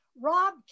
Rob